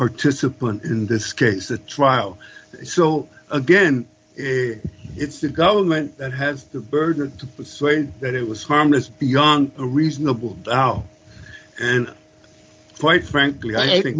participant in this case the trial so again it's the government that has the burden to say that it was harmless beyond a reasonable doubt and quite frankly i